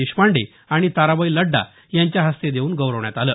देशपांडे आणि ताराबाई लड्डा यांच्या हस्ते देऊन गौरवण्यात आलं